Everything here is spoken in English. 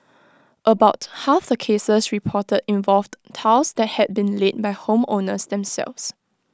about half the cases reported involved tiles that had been laid by home owners themselves